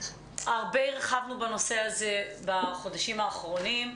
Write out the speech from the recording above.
הרחבנו רבות בנושא הזה בחודשים האחרונים.